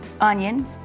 onion